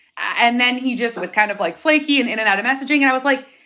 and then he just was kind of, like, flaky and in and out of messaging. and i was like,